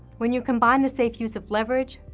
when you combine the safe use of leverage,